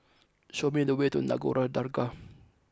show me the way to Nagore Dargah